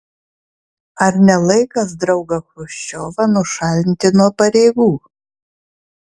ar ne laikas draugą chruščiovą nušalinti nuo pareigų